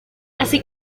así